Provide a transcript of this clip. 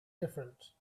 different